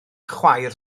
chwaer